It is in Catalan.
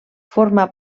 forma